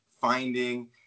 finding